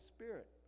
Spirit